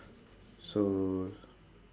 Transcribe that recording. so